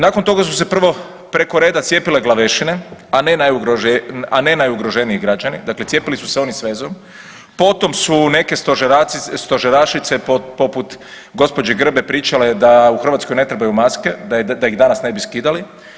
Nakon toga su se prvo preko reda cijepile glavešine, a ne najugroženiji građani, dakle cijepili su se oni s vezom, potom su neke stožerašice poput gđe. Grbe pričale da u Hrvatskoj ne trebaju maske, da ih danas ne bi skidali.